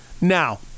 Now